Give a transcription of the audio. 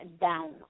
down